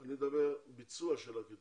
ואני מדבר על ביצוע הקריטריונים.